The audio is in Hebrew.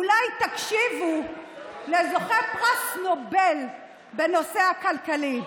אולי תקשיבו לזוכה פרס נובל בנושא הכלכלי.